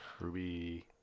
Ruby